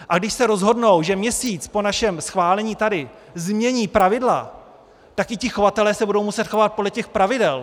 A když se rozhodnou, že měsíc po našem schválení tady změní pravidla, tak i ti chovatelé se budou muset chovat podle těch pravidel.